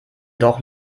doch